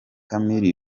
camille